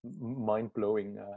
mind-blowing